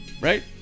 Right